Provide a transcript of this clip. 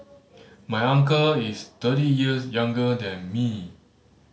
my uncle is thirty years younger than me